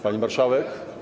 Pani Marszałek!